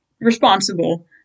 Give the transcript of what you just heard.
responsible